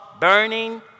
burning